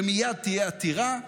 ומייד תהיה עתירה,